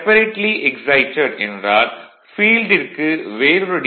separately excited என்றால் ஃபீல்டிற்கு வேறொரு டி